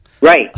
Right